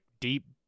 deep